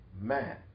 man